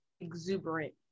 exuberant